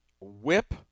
Whip